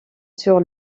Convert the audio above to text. sur